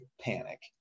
panic